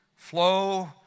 flow